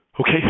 Okay